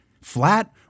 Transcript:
flat